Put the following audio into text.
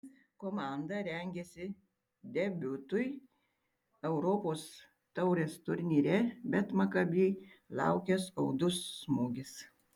komanda rengėsi debiutui europos taurės turnyre bet makabi laukė skaudus smūgis